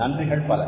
நன்றிகள் பல